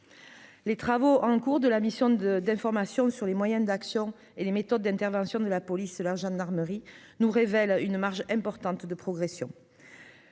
les travaux en cours de la mission de d'information sur les moyens d'action et les méthodes d'intervention de la police et la gendarmerie nous révèle une marge importante de progression